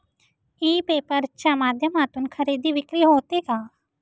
E paper च्या माध्यमातून खरेदी विक्री होते का?